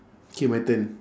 K my turn